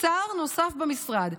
שר נוסף במשרד).